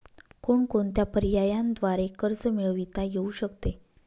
कोणकोणत्या पर्यायांद्वारे कर्ज मिळविता येऊ शकते?